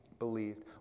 believed